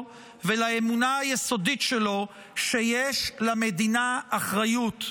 ולאמונה היסודית שלו שיש למדינה אחריות,